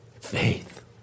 faith